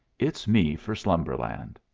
it's me for slumberland.